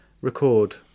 record